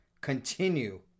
continue